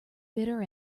bitter